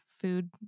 food